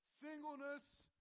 singleness